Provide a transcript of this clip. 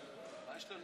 התקבלה.